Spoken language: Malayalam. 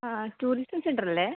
ആ ടൂറിസ്റ്റ് സെൻ്റർ അല്ലേ